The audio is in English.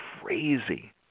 crazy